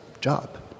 job